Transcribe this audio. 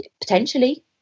potentially